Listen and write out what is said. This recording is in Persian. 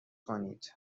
کنید